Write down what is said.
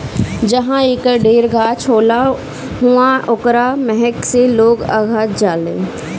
जहाँ एकर ढेर गाछ होला उहाँ ओकरा महक से लोग अघा जालें